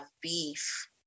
beef